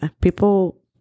people